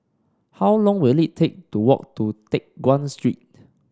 how long will it take to walk to Teck Guan Street